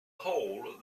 hole